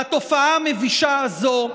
אשרמן,